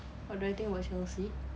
what do I think about chelsea